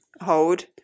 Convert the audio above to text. Hold